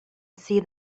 see